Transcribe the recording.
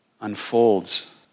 unfolds